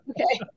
okay